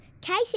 Casey